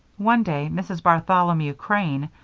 one day mrs. bartholomew crane,